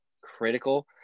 critical